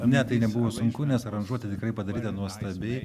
ne tai nebuvo sunku nes aranžuotė tikrai padaryta nuostabiai